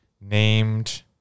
named